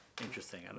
interesting